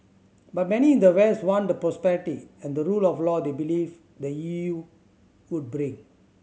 but many in the west want the prosperity and the rule of law they believe the E U would bring